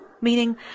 meaning